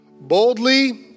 boldly